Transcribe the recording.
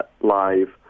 live